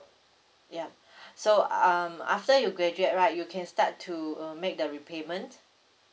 ya so um after you graduate right you can start to uh make the repayment